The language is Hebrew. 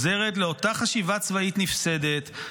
לאותה חשיבה צבאית נפסדת,